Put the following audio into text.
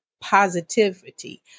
positivity